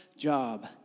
job